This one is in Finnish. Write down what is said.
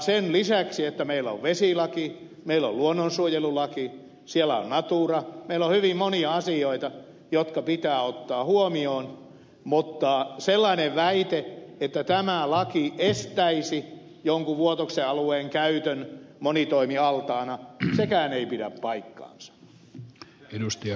sen lisäksi että meillä on vesilaki meillä on luonnonsuojelulaki on natura meillä on hyvin monia asioita jotka pitää ottaa huomioon mutta sellainenkaan väite että tämä laki estäisi jonkun vuotoksen alueen käytön monitoimialtaana ei pidä paikkaansa